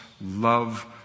Love